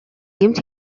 гэмт